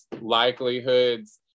likelihoods